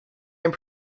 and